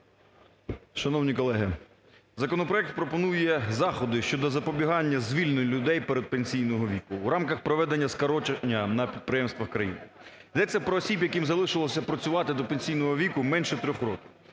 Шановні колеги, законопроект пропонує заходи щодо запобігання звільненню людей передпенсійного віку в рамках проведення скорочення на підприємствах країни. Йдеться про осіб, яким залишилося працювати до пенсійного віку менше 3 років.